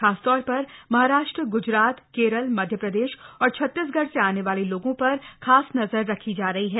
खासतौर पर महाराष्ट्र ग्जरात क्वल मध्यप्रदश और छतीसगढ़ स आन वाल लोगों पर खास नजर रखी जा रही है